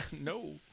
No